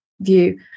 view